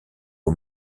aux